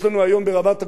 חבר הכנסת כץ,